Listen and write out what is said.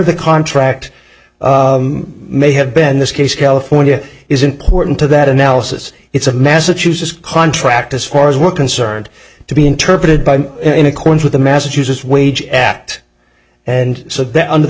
the contract may have been in this case california is important to that analysis it's a massachusetts contract as far as we're concerned to be interpreted by in accordance with the massachusetts wage at and so that under the